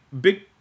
big